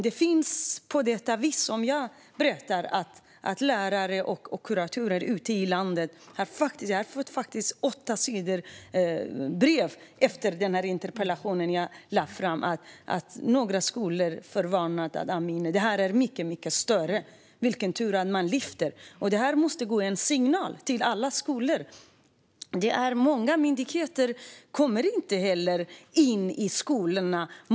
Det jag berättar om finns; det rapporterar lärare och kuratorer ute i landet. Jag fick åtta sidor brev efter den interpellation jag väckte. Några skolor varnade och sa: Amineh, detta är mycket större än så - vilken tur att det lyfts fram! Detta måste gå ut som signal till alla skolor. Många myndigheter kommer inte heller in i skolorna.